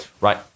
right